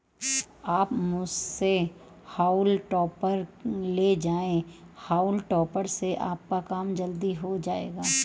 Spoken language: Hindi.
आप मुझसे हॉउल टॉपर ले जाएं हाउल टॉपर से आपका काम जल्दी हो जाएगा